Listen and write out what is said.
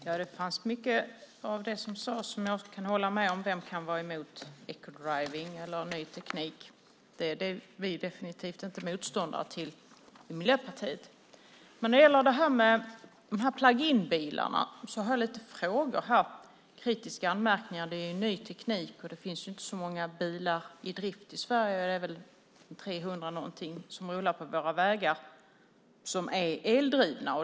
Herr talman! Jag kan hålla med om mycket av det som sades. Vem kan vara emot eco-driving eller ny teknik? Det är vi definitivt inte motståndare till Miljöpartiet. Men när det gäller plug-in bilarna har jag lite frågor och kritiska anmärkningar. Det är ny teknik. Det finns inte så många bilar i drift i Sverige. Det är väl ca 300 som rullar på våra vägar som är eldrivna.